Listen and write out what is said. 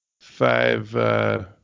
five